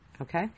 okay